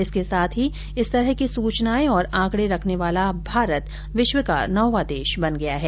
इसके साथ ही इस तरह की सूचनाएं और आंकड़े रखने वाला भारत विश्व का नौवां देश बन गया है